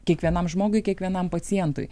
kiekvienam žmogui kiekvienam pacientui